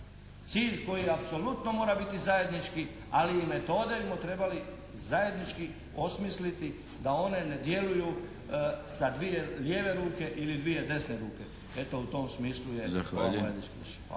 cilj koji apsolutno mora biti zajednički, ali i metode bismo trebali zajednički osmisliti da one ne djeluju sa dvije lijeve ruke ili dvije desne ruke. Eto u tom smislu je ova moja diskusija.